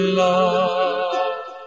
love